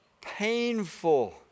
Painful